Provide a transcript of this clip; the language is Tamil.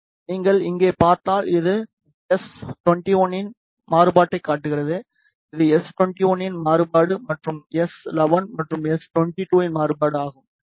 நீங்கள் இங்கே பார்த்தால் இது எஸ்21 இன் மாறுபாட்டைக் காட்டுகிறது இது எஸ்21 இன் மாறுபாடு மற்றும் இது எஸ்11 மற்றும் எஸ்22 இன் மாறுபாடு ஆகும்